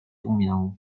umiał